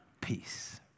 peace